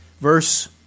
verse